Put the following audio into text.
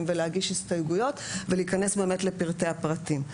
והסתייגויות ולהיכנס לפרטי הפרטים.